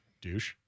douche